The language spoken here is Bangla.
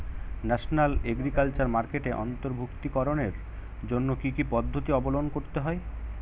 ন্যাশনাল এগ্রিকালচার মার্কেটে অন্তর্ভুক্তিকরণের জন্য কি কি পদ্ধতি অবলম্বন করতে হয়?